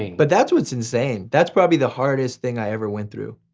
but that's what's insane. that's probably the hardest thing i ever went through.